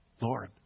Lord